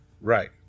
Right